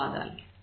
ధన్యవాదాలు